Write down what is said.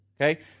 Okay